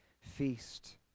feast